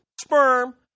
sperm